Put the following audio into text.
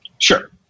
Sure